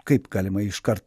kaip galima iškart